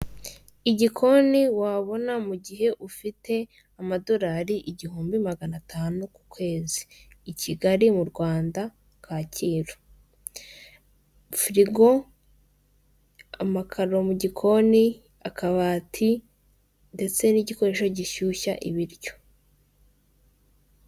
Igikoni wabona mu gihe ufite amadolari igihumbi magana atanu ku kwezi. I Kigali, mu Rwanda Kacyiru, firigo, amakaro mu gikoni, akabati, ndetse n'igikoresho gishyushya ibiryo.